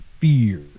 fear